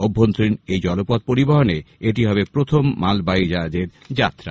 অভ্যন্তরীণ এই জলপথ পরিবহণে এটি হবে প্রথম মালবাহি জাহাজের যাত্রা